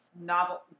novel